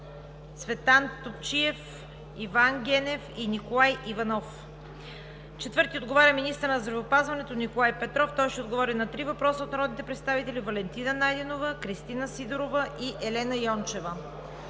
Цветан Топчиев, Иван Генов и Николай Иванов. 4. Министърът на здравеопазването Николай Петров ще отговори на три въпроса от народните представители Валентина Найденова; Кристина Сидорова; и Елена Йончева.